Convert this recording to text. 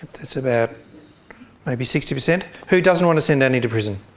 that's about maybe sixty percent. who doesn't want to send annie to prison?